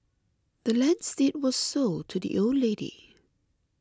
the land's deed was sold to the old lady